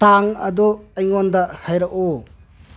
ꯇꯥꯡ ꯑꯗꯨ ꯑꯩꯉꯣꯟꯗ ꯍꯥꯏꯔꯛꯎ